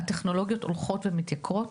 כי הטכנולוגיות הולכות ומתייקרות.